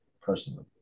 personally